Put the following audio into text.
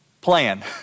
plan